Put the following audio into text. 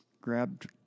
grabbed